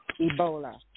Ebola